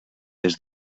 des